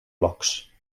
blocs